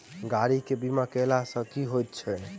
गाड़ी केँ बीमा कैला सँ की होइत अछि?